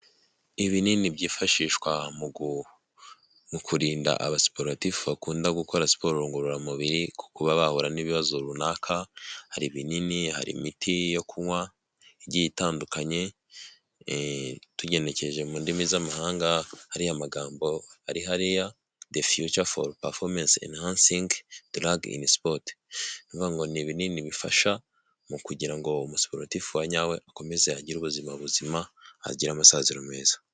Ibinini byifashishwa mu kurinda abasiporatifu bakunda gukora siporo ngororamubiri ku kuba bahura n'ibibazo runaka, hari ibinini, hari imiti yo kunywa igiye itandukanye, tugenekeje mu ndimi z'amahanga hariya magambo ari hariya defiyuca foru pafomense inihansingi darage ini sipoti, ni ukuvuga ngo ni bininini bifasha mu kugira ngo umusigatitifu wa nyawe akomeze agire ubuzima buzima agire amasaziro meza.